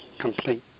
Complete